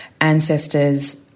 ancestors